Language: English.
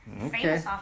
Okay